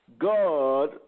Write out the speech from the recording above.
God